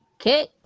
okay